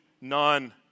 none